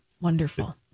wonderful